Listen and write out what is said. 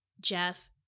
Jeff